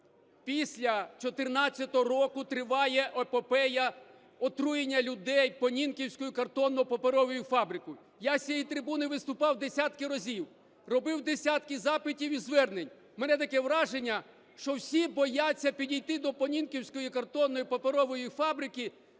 Після 14-го року триває епопея отруєння людей "Понінківською картонно-паперовою фабрикою". Я з цієї трибуни виступав десятків разів, робив десятки запитів і звернень. В мене таке враження, що всі бояться підійти по "Понінківської картонно-паперової фабрики",